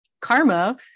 karma